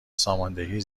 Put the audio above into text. سازماندهی